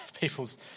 people's